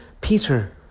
Peter